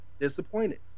disappointed